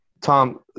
Tom